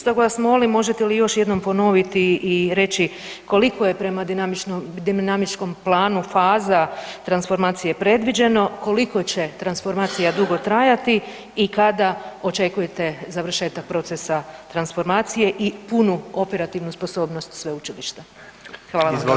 Stoga vas molim možete li još jednom ponoviti i reći koliko je prema dinamičkom planu faza transformacije predviđeno, koliko će transformacija dugo trajati i kada očekujete završetak procesa transformacije i punu operativnu sposobnost sveučilišta?